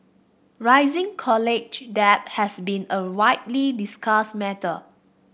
rising college debt has been a widely discussed matter